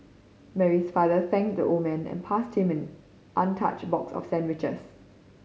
Mary's father thanked the old man and passed him an untouched box of sandwiches